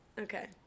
Okay